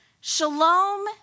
shalom